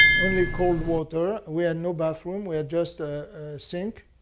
only cold water. we had no bathroom. we had just a sink.